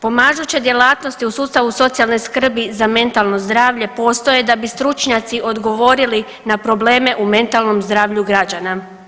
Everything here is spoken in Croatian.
Pomažuća djelatnost je u sustavu Socijalne skrbi za mentalno zdravlje postoje da bi stručnjaci odgovorili na probleme u mentalnom zdravlju građana.